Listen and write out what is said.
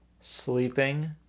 sleeping